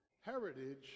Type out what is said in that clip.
heritage